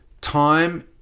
time